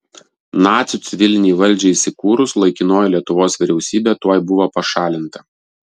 nacių civilinei valdžiai įsikūrus laikinoji lietuvos vyriausybė tuoj buvo pašalinta